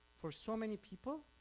for so many people,